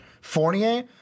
Fournier